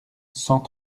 cent